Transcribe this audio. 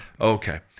okay